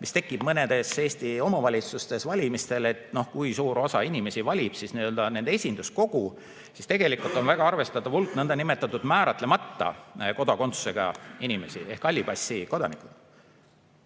mis tekivad mõnes Eesti omavalitsuses valimistel, et kui suur osa inimesi valib siis nende esinduskogu. Tegelikult on väga arvestatav hulk nõndanimetatud määratlemata kodakondsusega inimesi ehk halli passi omanikke.